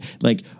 like-